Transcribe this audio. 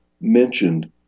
mentioned